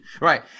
Right